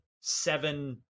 seven